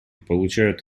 получают